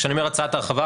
כשאני אומר הצעת הרחבה,